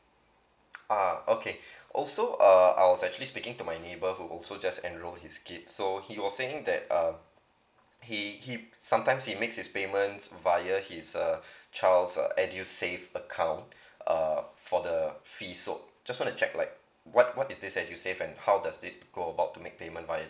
uh okay also err I was actually speaking to my neighborhood also just and enrolled his kids so he was saying that uh he keep sometimes he makes his payments via his uh child's uh edusave account uh for the just wanna check like what what is this edusave and how does it go about to make payment via